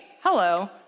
hello